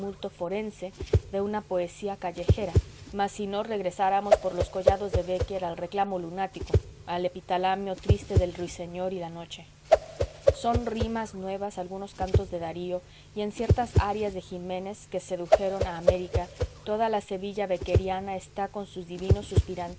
forense de una poesía callejera mas no si regresáramos por los collados de bécquer al reclamo lunático al epitalamio triste del ruiseñor y la noche son rimas nuevas algunos cantos de darío y en ciertas arias de jiménez que sedujeron a américa toda la sevilla becqueriana está con sus divinos